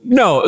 no